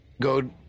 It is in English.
go